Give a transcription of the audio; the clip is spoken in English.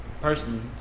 personally